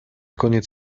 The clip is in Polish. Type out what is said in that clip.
koniec